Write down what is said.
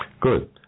Good